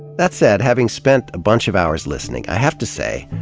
that said, having spent a bunch of hours listening, i have to say,